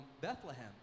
Bethlehem